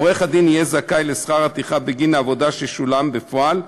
עורך-הדין יהיה זכאי לשכר הטרחה בגין עבודה ששולם בפועל,